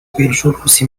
بالجلوس